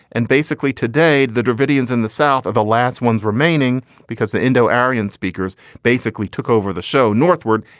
and basically today the davidians in the south are the last ones remaining because the indo aryan speakers basically took over the show northward,